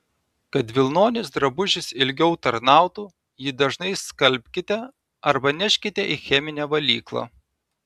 kad vilnonis drabužis ilgiau tarnautų jį dažnai skalbkite arba neškite į cheminę valyklą